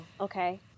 Okay